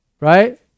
right